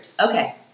Okay